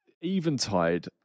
Eventide